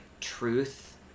truth